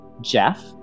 Jeff